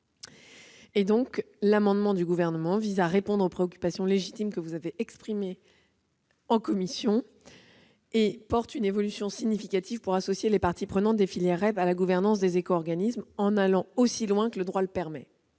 ce comité. Le présent amendement vise à répondre aux préoccupations légitimes que vous avez exprimées en commission. Il tend à introduire une évolution significative pour associer les parties prenantes des filières REP à la gouvernance des éco-organismes en allant aussi loin que le droit le permet.